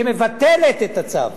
שמבטלת את הצו.